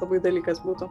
labai dalykas būtų